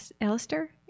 Alistair